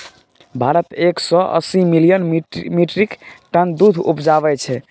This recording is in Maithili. भारत एक सय अस्सी मिलियन मीट्रिक टन दुध उपजाबै छै